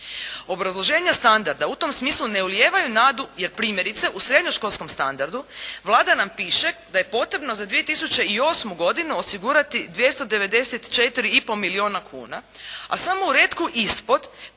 Obrazloženja standarda u tom smislu ne ulijevaju nadu, jer primjerice, u srednjoškolskom standardu, Vlada nam piše da je potrebno za 2008. godinu osigurati 294,5 milijuna kuna, a samo u retku ispod